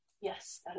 Yes